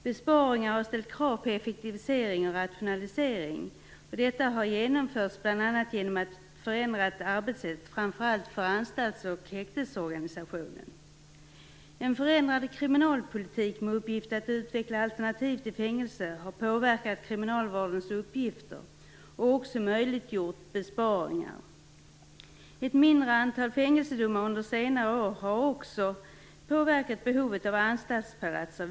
Besparingar har ställt krav på effektivisering och rationalisering, något som har genomförts bl.a. genom ett förändrat arbetssätt, framför allt för anstalts och häktesorganisationen. En förändrad kriminalpolitik med uppgift att utveckla alternativ till fängelse har påverkat kriminalvårdens uppgifter, men också möjliggjort besparingar. Ett mindre antal fängelsedomar under senare år har även påverkat behovet av anstaltsplatser.